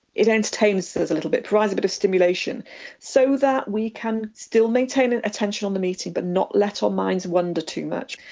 it entertains us a little bit, provides a bit of stimulation so that we can still maintain and attention on the meeting but not let our minds wander too much.